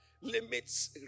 limits